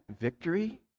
victory